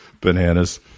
Bananas